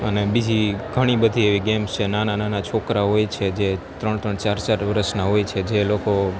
અને બીજી ઘણી બધી એવી ગેમ્સ છે નાના નાના છોકરાઓ હોય છે જે ત્રણ ત્રણ ચાર ચાર વરસના હોય છે જે લોકો